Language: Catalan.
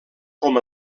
com